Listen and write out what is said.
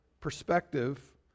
perspective